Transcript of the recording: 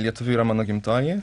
lietuvių yra mano gimtoji